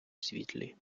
світлі